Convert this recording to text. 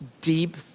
deep